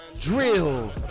Drill